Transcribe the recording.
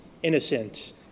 innocent